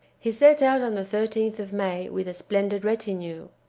he set out on the thirteenth of may with a splendid retinue.